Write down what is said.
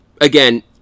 again